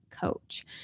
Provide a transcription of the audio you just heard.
coach